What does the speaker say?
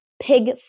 pig